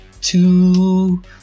two